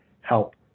help